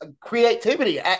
creativity